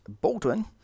Baldwin